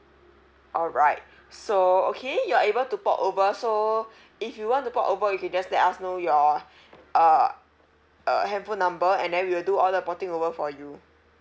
alright so okay you are able to port over so if you want to port over you can just let us know your uh uh handphone number and then we'll do all the porting over for you